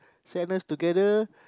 same age together